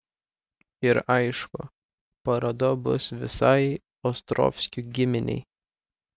ir aišku paroda bus visai ostrovskių giminei